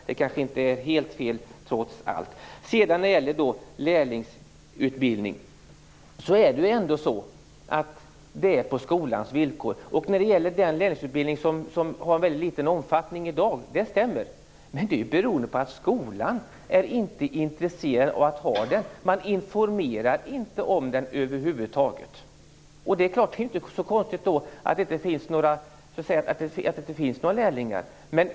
Det kanske inte är helt fel trots allt. Lärlingsutbildningen sker på skolans villkor, och det stämmer att lärlingsutbildningen har en väldigt liten omfattning i dag. Det beror på att skolan inte är intresserad av att ha den. Man informerar över huvud taget inte om den. Det är inte så konstigt att det inte finns några lärlingar.